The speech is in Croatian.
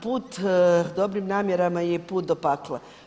Put dobrim namjerama je i put do pakla.